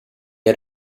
had